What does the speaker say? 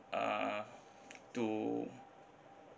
uh to